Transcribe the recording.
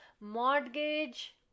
mortgage